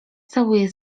całuje